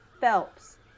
Phelps